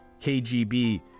KGB